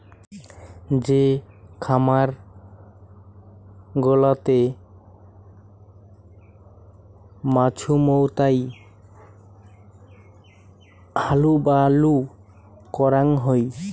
যে খামার গুলাতে মাছুমৌতাই হালুবালু করাং হই